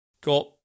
got